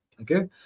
Okay